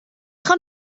خوام